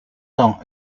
tant